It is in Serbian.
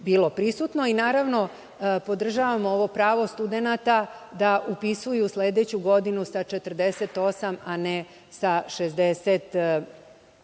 Naravno, podržavam ovo pravo studenata da upisuju sledeću godinu sa 48, a ne sa 60